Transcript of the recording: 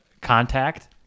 contact